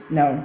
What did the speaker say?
no